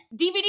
DVD